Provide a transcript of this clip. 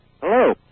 Hello